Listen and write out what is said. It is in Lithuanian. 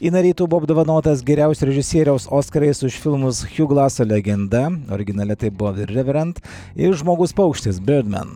inaritu buvo apdovanotas geriausio režisieriaus oskarais už filmus hiuglasa legenda originale tai buvo reverant ir žmogus paukštis berd man